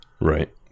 Right